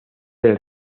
del